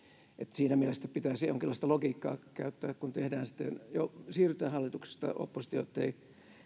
siinä mielessä pitäisi jonkinlaista logiikkaa käyttää kun siirrytään hallituksesta oppositioon ettei